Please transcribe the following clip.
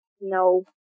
No